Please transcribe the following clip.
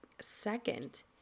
second